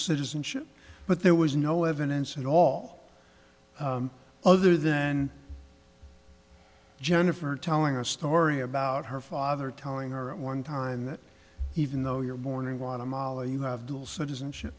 citizenship but there was no evidence at all other then jennifer telling a story about her father telling her at one time that even though your morning want to mali you have dual citizenship